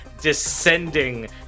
descending